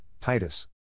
Titus